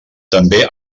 també